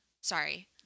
Sorry